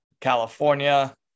California